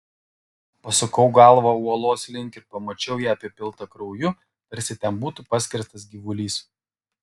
pasukau galvą uolos link ir pamačiau ją apipiltą krauju tarsi ten būtų paskerstas gyvulys